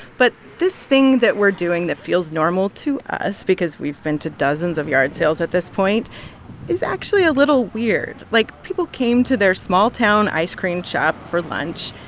but this thing that we're doing that feels normal to us because we've been to dozens of yard sales at this point is actually a little weird. like, people came to their small-town ice cream shop for lunch,